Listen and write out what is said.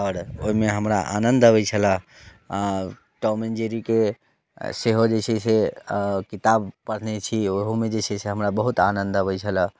आओर ओहिमे हमरा आनंद अबै छलै आ टॉम एन्ड जेरीके सेहो जे छै से किताब पढ़ने छी ओहोमे जे छै से हमरा बहुत आनन्द अबै छलै